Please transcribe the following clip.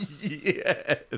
Yes